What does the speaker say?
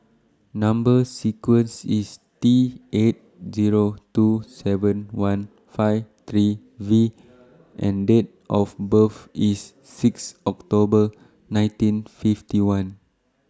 Number sequence IS T eight Zero two seven one five three V and Date of birth IS six October nineteen fifty one